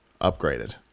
upgraded